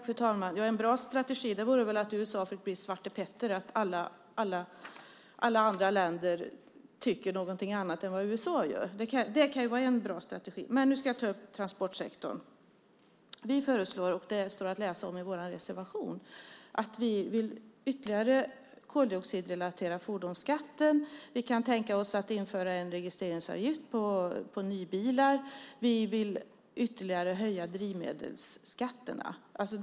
Fru talman! En bra strategi vore väl att USA fick bli svartepetter, att alla andra länder tycker någonting annat än USA gör. Det kan vara en bra strategi. Men nu ska jag ta upp transportsektorn. Vi föreslår att fordonsskatten koldioxidrelateras ytterligare. Det står att läsa i vår reservation. Vi kan tänka oss att införa en registreringsavgift på nybilar. Vi vill ytterligare höja drivmedelsskatterna.